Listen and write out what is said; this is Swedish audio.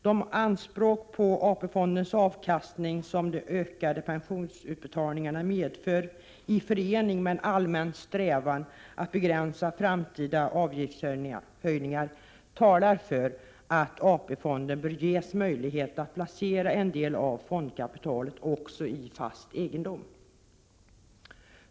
De anspråk på AP-fondens avkastning som de ökande pensionsutbetalningarna medför, i förening med en allmän strävan att begränsa framtida avgiftshöjningar, talar för att AP-fonden bör ges möjlighet att placera en del av fondkapitalet också i fast egendom.